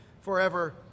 forever